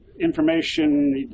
information